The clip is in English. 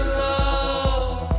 love